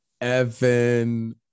Evan